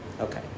Okay